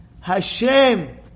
Hashem